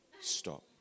stop